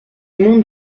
mont